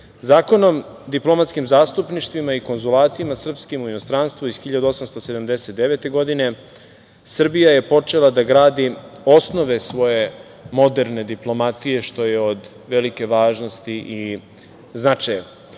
veka. Zakonom, diplomatskim zastupništvima i konzulatima srpskim u inostranstvu iz 1879. godine Srbija je počela da grdi osnove svoje moderne diplomatije, što je od velike važnosti i značaja. Kolega